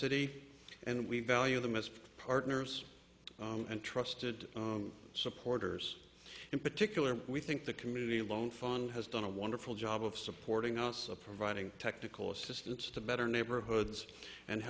city and we value them as partners and trusted supporters in particular we think the community loan fund has done a wonderful job of supporting us of providing technical assistance to better neighborhoods and